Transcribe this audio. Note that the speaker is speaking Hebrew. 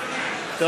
מסכימים, אדוני.